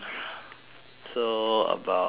so about uh